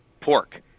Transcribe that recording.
Pork